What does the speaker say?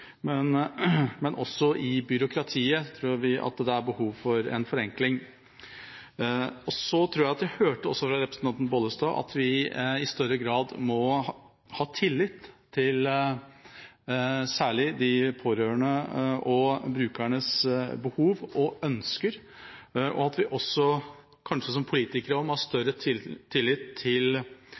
Også i byråkratiet tror vi det er behov for en forenkling. Så tror jeg også jeg hørte fra representanten Bollestad at vi i større grad må ha tillit til særlig de pårørendes og brukernes behov og ønsker, og at vi kanskje også som politikere må ha større tillit til fagfolkenes anledning til